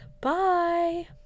Bye